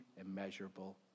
immeasurable